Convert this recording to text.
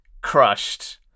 crushed